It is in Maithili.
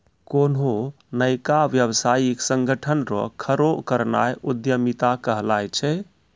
कोन्हो नयका व्यवसायिक संगठन रो खड़ो करनाय उद्यमिता कहलाय छै